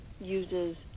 uses